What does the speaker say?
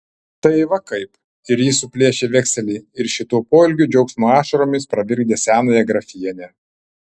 tai va kaip ir jis suplėšė vekselį ir šituo poelgiu džiaugsmo ašaromis pravirkdė senąją grafienę